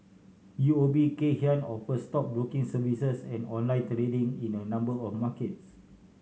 U O B Kay Hian offers stockbroking services and online trading in a number of markets